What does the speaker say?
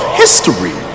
history